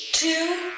Two